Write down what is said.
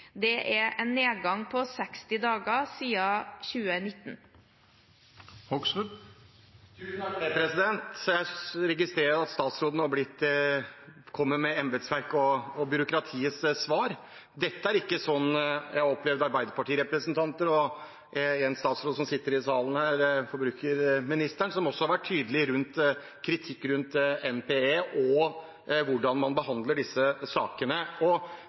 Det er en nedgang på 60 dager siden 2019. Jeg registrerer at statsråden nå kommer med embetsverket og byråkratiets svar. Dette er ikke slik jeg har opplevd Arbeiderparti-representanter og en statsråd som sitter i salen, forbrukerministeren, som også har vært tydelig i kritikken mot NPE og hvordan man behandler disse sakene. Og